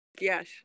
Yes